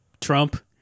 Trump